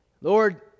Lord